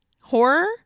Horror